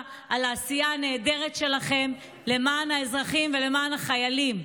על העשייה הנהדרת שלכם למען האזרחים ולמען החיילים.